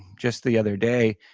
just the other day,